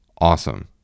awesome